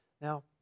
Now